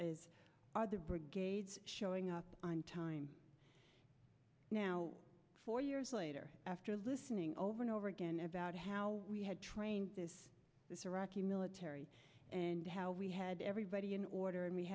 are the brigades showing up on time now four years later after listening over and over again about how we had trained this was a rocky military and how we had everybody in order and we